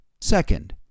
second